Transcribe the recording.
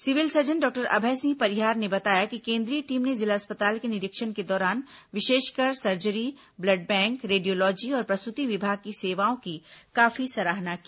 civil surgeon doctor Abhay Singh Parihar ने बताया कि केंद्रीय टीम ने जिला अस्पताल के निरीक्षण के दौरान विशेषकर सर्जरी ब्लड बैंक रेडियोलॅजी और प्रसूति विभाग की सेवाओं की काफी सराहना की